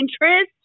interest